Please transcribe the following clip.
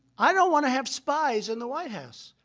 i don't want to have spies in the white house.